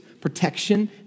protection